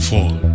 Fall